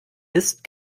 ist